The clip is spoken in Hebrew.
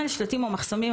שלטים או מחסומים,